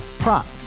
Prop